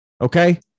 okay